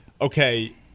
okay